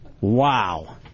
Wow